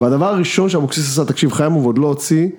והדבר הראשון שהמוקסיס עשה תקשיב חיימוב עוד לא הוציא